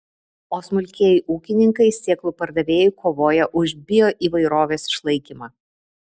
o smulkieji ūkininkai sėklų pardavėjai kovoja už bioįvairovės išlaikymą